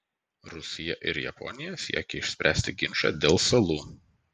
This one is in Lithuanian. rusija ir japonija siekia išspręsti ginčą dėl salų